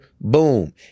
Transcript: boom